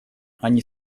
они